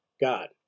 God